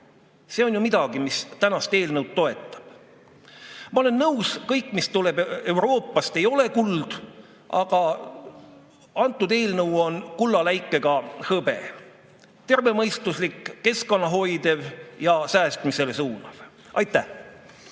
see on ju midagi, mis tänast eelnõu toetab. Ma olen nõus, et kõik, mis tuleb Euroopast, ei ole kuld, aga see eelnõu on kullaläikega hõbe – tervemõistuslik, keskkonda hoidev ja säästmisele suunav. Aitäh!